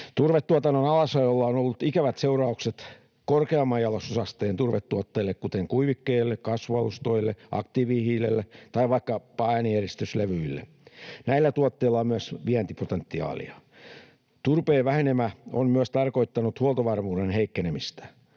Turvetuotannon alasajolla on ollut ikävät seuraukset korkeamman jalostusasteen turvetuotteille, kuten kuivikkeelle, kasvualustoille, aktiivihiilelle tai vaikkapa äänieristyslevyille. Näillä tuotteilla on myös vientipotentiaalia. Turpeen vähenemä on myös tarkoittanut huoltovarmuuden heikkenemistä.